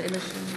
אני